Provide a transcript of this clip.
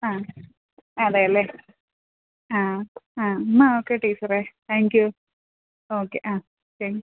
അ അതെയല്ലെ അ ആ എന്നാല് okay teacher thank you okay uh